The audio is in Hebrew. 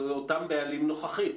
אלה אותם בעלים נוכחים.